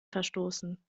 verstoßen